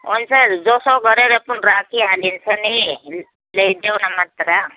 हुन्छ जसो गरेर राखिहालिन्छ नि ल्याइदेउन मात्र